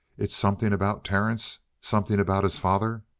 it's something about terence? something about his father?